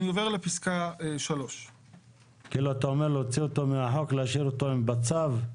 אני עובר לפסקה 3. אתה אומר להוציא אותו מהחוק ולהשאיר אותו בצו.